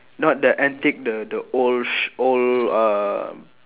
not the antique the the old old uh